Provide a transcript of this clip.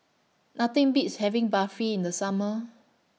Nothing Beats having Barfi in The Summer